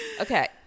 okay